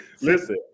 Listen